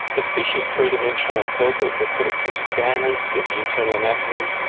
the fish is three-dimensional and perfect, they've put it through scanners to get the internal anatomy.